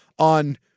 on